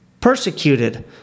persecuted